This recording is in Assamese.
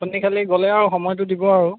আপুনি খালী গ'লে আৰু সময়টো দিব আৰু